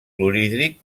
clorhídric